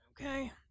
okay